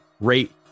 rate